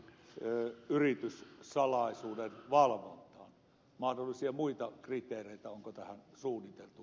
onko tähän maksun suuruuteen suunniteltu mahdollisia muita kriteereitä on kotoa suunniteltu